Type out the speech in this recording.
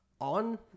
on